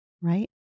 right